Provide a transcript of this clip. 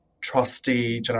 trusty